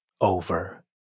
over